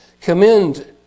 commend